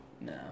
No